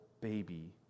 baby